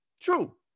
true